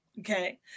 Okay